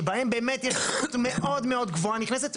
שבהם באמת יש צפיפות מאוד מאוד גבוהה נכנסת,